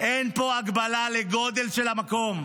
אין פה הגבלה על הגודל של המקום.